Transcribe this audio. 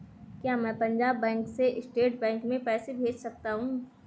क्या मैं पंजाब बैंक से स्टेट बैंक में पैसे भेज सकता हूँ?